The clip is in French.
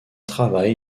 travail